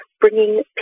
bringing